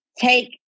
take